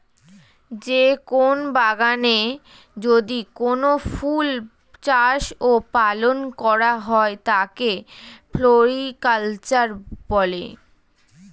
যে কোন বাগানে যদি কোনো ফুল চাষ ও পালন করা হয় তাকে ফ্লোরিকালচার বলে